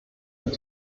wird